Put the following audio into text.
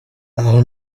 aho